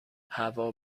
هوا